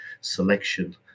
selection